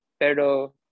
Pero